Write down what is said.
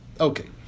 okay